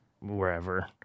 wherever